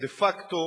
דה-פקטו,